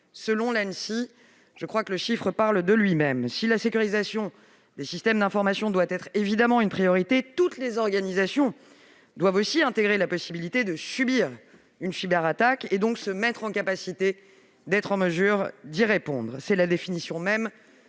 par quatre. Je crois que ce chiffre parle de lui-même. Si la sécurisation des systèmes d'information doit être évidemment une priorité, toutes les organisations doivent aussi intégrer la possibilité de subir une cyberattaque et, donc, se mettre en capacité d'y répondre. C'est la définition même